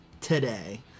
today